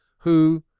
who,